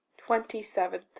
twenty seven.